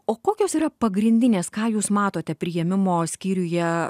o kokios yra pagrindinės ką jūs matote priėmimo skyriuje